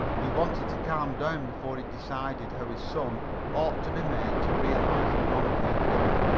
he wanted to calm down before he decided how his son ought to be made to realize the wrong he had done.